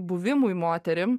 buvimui moterim